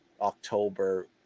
October